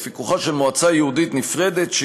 בפיקוחה של מועצה ייעודית נפרדת,